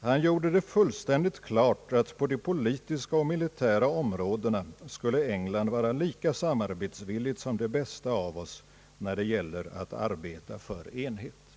Han gjorde det fullständigt klart att på de politiska och militära områdena skulle England vara lika samarbetsvilligt som de bästa av oss när det gäller att arbeta för enhet.»